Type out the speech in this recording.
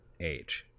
age